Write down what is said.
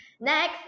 Next